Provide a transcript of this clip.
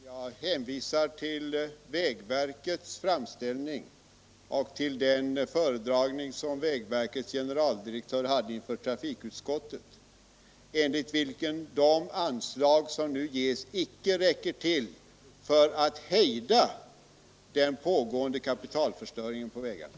Herr talman! Jag vill hänvisa till vägverkets framställning och till den föredragning som vägverkets generaldirektör hade inför trafikutskottet. Enligt denna räcker de anslag som nu ges icke till för att hejda den pågående kapitalförstöringen på vägarna.